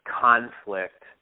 conflict